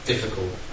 difficult